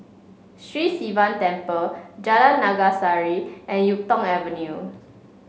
Sri Sivan Temple Jalan Naga Sari and YuK Tong Avenue